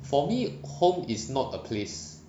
for me home is not a place